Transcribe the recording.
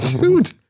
Dude